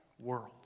world